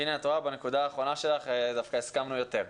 בנקודה האחרונה שלך דווקא הסכמנו יותר.